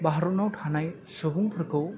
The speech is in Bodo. भारताव थानाय सुबुंफोरखौ